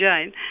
Jane